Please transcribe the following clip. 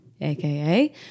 aka